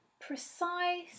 precise